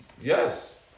Yes